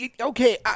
okay